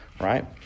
right